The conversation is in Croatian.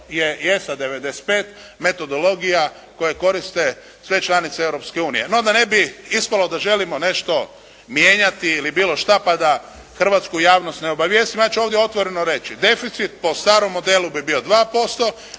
je i ESO 95 metodologija koju koriste sve članice Europske unije. No da ne bi ispalo da želimo nešto mijenjati ili bilo šta pa da hrvatsku javnost ne obavijestimo ja ću ovdje otvoreno reći. Deficit po starom modelu bi bio 2%.